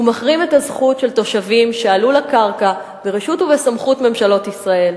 הוא מחרים את הזכות של תושבים שעלו לקרקע ברשות ובסמכות ממשלות ישראל,